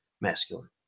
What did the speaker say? masculine